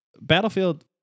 battlefield